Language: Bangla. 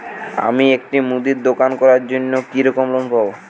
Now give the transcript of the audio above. আমি একটি মুদির দোকান করার জন্য কি রকম লোন পাব?